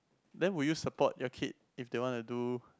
then would you support your kid if they want to do